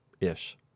ish